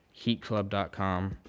heatclub.com